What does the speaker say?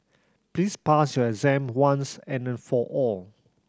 please pass your exam once and for all